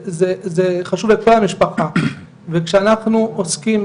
זה חשוב לכל המשפחה וכשאנחנו עוסקים